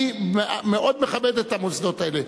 אני מאוד מכבד את המוסדות האלה,